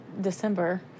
December